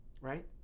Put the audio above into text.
right